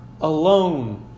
alone